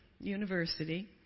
University